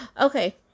okay